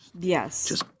Yes